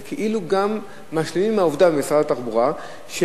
זה כאילו שבמשרד התחבורה גם משלימים עם העובדה